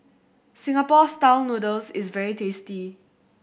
Singapore Style Noodles is very tasty